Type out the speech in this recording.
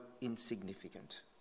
insignificant